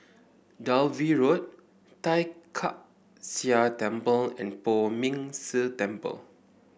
Dalvey Road Tai Kak Seah Temple and Poh Ming Tse Temple